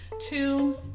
Two